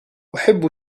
أحب